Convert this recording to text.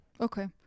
Okay